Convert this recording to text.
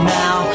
now